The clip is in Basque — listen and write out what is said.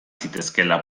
zitezkeela